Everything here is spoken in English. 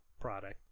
product